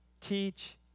teach